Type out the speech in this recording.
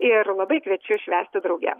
ir labai kviečiu švęsti drauge